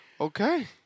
Okay